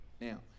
now